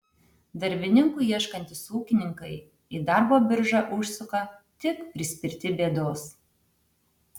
darbininkų ieškantys ūkininkai į darbo biržą užsuka tik prispirti bėdos